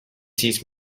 sees